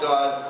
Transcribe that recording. God